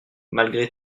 malgré